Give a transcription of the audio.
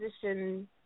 position